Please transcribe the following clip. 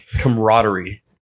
Camaraderie